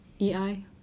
EI